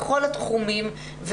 בכל התחומים,